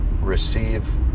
Receive